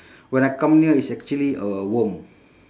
when I come near it's actually a worm